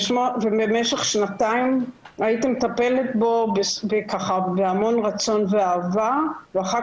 ובמשך שנתיים הייתי מטפלת בו בהמון רצון ואהבה ואחר